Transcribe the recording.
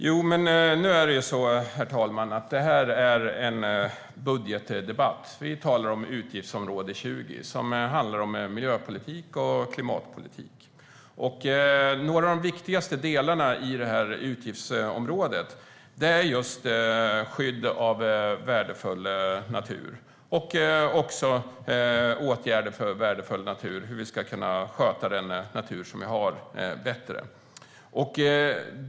Herr talman! Nu är det en budgetdebatt. Vi talar om utgiftsområde 20, som handlar om miljöpolitik och klimatpolitik. Några av de viktigaste delarna i det utgiftsområdet är just skydd av värdefull natur och åtgärder för värdefull natur, hur vi ska kunna sköta den natur som vi har bättre.